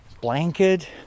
blanket